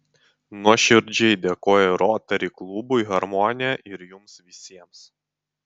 nuoširdžiai dėkoju rotary klubui harmonija ir jums visiems